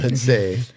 say